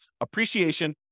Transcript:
appreciation